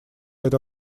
эта